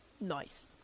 Nice